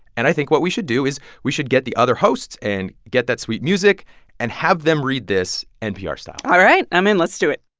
and i think what we should do is we should get the other hosts and get that sweet music and have them read this npr-style all right. i'm in. let's do it